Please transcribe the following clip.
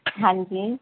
ਹਾਂਜੀ